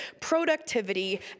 productivity